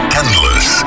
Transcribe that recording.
endless